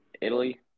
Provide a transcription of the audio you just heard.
Italy